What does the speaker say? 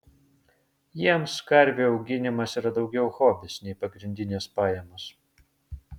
jiems karvių auginimas yra daugiau hobis nei pagrindinės pajamos